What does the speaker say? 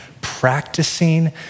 practicing